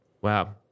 Wow